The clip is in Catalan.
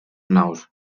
naus